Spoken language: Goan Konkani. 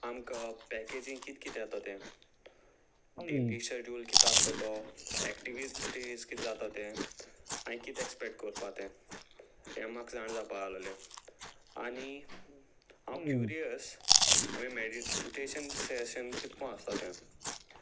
आमकां पॅकेजींग कितें कितें जाता तें डेली शेड्यूल कितें आसतो तो एक्टिवी डेज कितें जाता ते आनी कितें एक्सपेक्ट करपा तें हें म्हाका जाण जावपा आसलले आनी हांव क्युरियस आमी मेडिटेशन सेशन कितको आसता तें